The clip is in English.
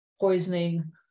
poisoning